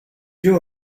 you